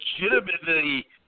legitimately